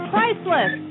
Priceless